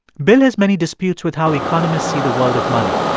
bill has many disputes with how economists see the world of money.